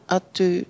atu